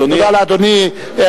תודה לאדוני.